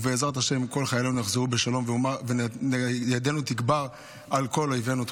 ובעזרת השם כל חיילינו יחזרו בשלום וידינו תגבר על כל אויבינו.